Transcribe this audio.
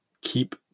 keep